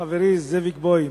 חברי זאביק בוים,